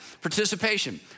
participation